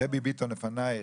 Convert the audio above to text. דבי ביטון לפנייך.